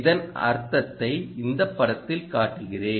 இதன் அர்த்தத்தை இந்த படத்தில் காட்டுகிறேன்